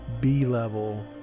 B-level